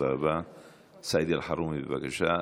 סעיד אלחרומי, בבקשה.